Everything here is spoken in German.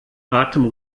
atem